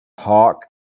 hawk